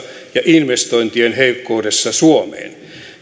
ja investointien heikkoudessa suomeen